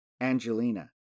Angelina